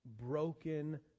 broken